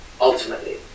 ultimately